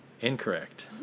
incorrect